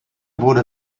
wurde